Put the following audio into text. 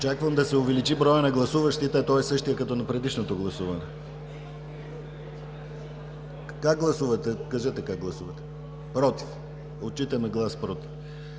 Очаквам да се увеличи броят на гласуващите, а той е същият като на предишното гласуване. (Реплики.) Как гласувате, кажете как гласувате? Против, отчитаме глас „против“.